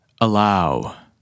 allow